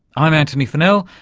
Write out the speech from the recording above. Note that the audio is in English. i'm antony funnell.